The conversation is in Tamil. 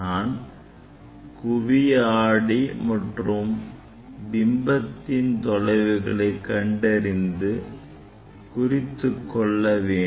நான் குவி ஆடி மற்றும் பிம்பத்தின் தொலைவுகளை கண்டறிந்து குறித்துக் கொள்ள வேண்டும்